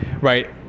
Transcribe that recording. right